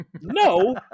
No